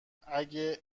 اگه